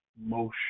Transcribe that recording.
motion